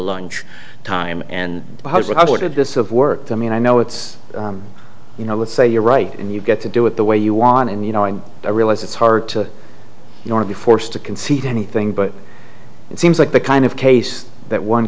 lunch time and i wanted this of work to me and i know it's you know let's say you're right and you get to do it the way you want and you know and i realize it's hard to ignore be forced to concede anything but it seems like the kind of case that one